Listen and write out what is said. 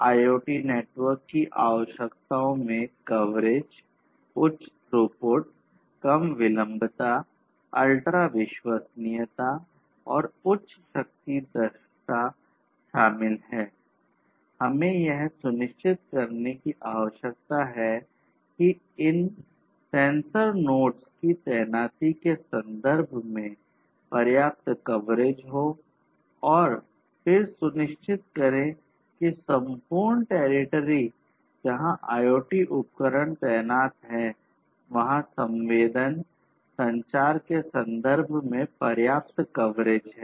IoT network की आवश्यकताओं में कवरेज संचार के संदर्भ में पर्याप्त कवरेज हैं